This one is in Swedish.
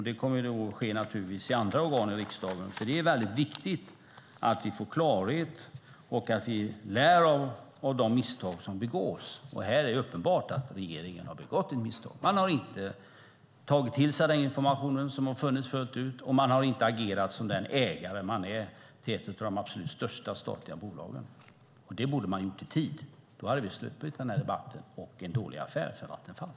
Det kommer naturligtvis att ske i andra organ i riksdagen eftersom det är mycket viktigt att vi får klarhet och att vi lär av de misstag som begås. Här är det uppenbart att regeringen har begått ett misstag. Man har inte fullt ut tagit till sig den information som har funnits, och man har inte agerat som den ägare som man är till ett av de absolut största statliga bolagen. Det borde man ha gjort i tid. Då hade vi sluppit denna debatt och en dålig affär för Vattenfall.